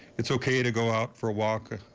it's okay to go out for a walk,